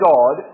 God